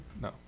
No